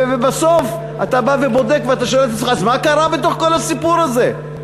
ובסוף אתה בא ובודק ואתה שואל את עצמך: אז מה קרה בתוך כל הסיפור הזה?